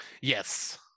Yes